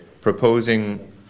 proposing